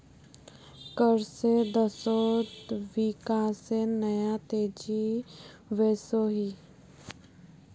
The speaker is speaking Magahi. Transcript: कर से देशोत विकासेर नया तेज़ी वोसोहो